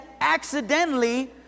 accidentally